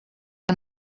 del